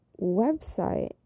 website